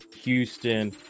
Houston